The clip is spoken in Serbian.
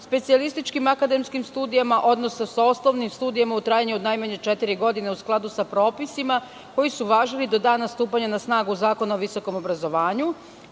specijalističkim akademskim studijama, odnosno sa osnovnim studijama u trajanju od najmanje četiri godine, u skladu sa propisima koji su važili do dana stupanja na snagu Zakona o visokom obrazovanju,